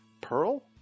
Pearl